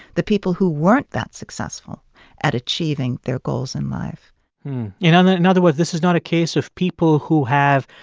the people who weren't that successful at achieving their goals in life in and and other words, this is not a case of people who have,